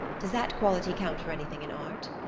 does that quality count for anything in art?